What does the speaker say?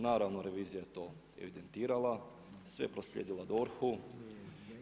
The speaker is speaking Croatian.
Naravno revizija je to evidentirala, sve proslijedila DORH-u.